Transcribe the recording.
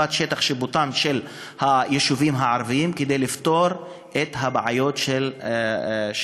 שטח שיפוטם של היישובים הערביים כדי לפתור את בעיות הצפיפות